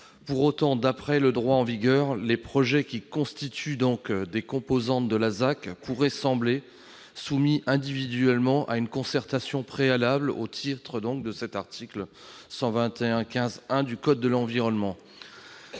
Pour autant, d'après le droit en vigueur, les projets qui constituent des composantes de la ZAC pourraient sembler soumis individuellement à une concertation préalable au titre de l'article L. 121-15-1 du code de l'environnement